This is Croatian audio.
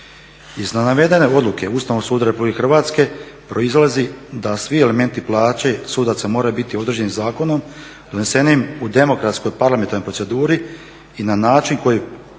Iz navedene odluke Ustavnog suda Republike Hrvatske proizlazi da svi elementi plaće sudaca moraju biti određeni zakonom donesenim u demokratskoj parlamentarnoj proceduri i na način kojim